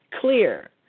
clear